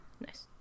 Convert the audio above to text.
Nice